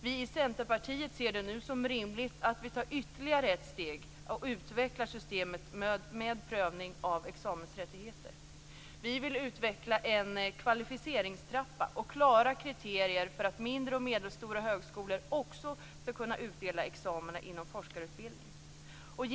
Vi i Centerpartiet ser det nu som rimligt att vi tar ytterligare ett steg och utvecklar systemet med prövning av examensrättigheter. Vi vill utveckla en kvalificeringstrappa och klara kriterier för att mindre och medelstora högskolor också skall kunna utdela examina inom forskarutbildning.